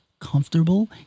comfortable